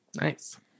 nice